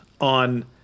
on